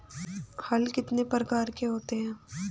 हल कितने प्रकार के होते हैं?